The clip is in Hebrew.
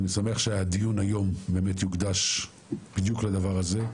אני שמח שהדיון היום באמת יוקדש בדיוק לדבר הזה.